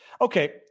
Okay